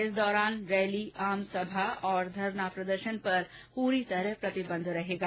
इस दौरान रैली आमसभा और धरने पर पूरी तरह प्रतिबंध रहेगा